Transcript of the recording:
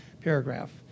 paragraph